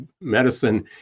medicine